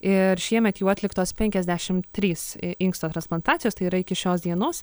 ir šiemet jau atliktos penkiasdešimt trys inksto transplantacijos tai yra iki šios dienos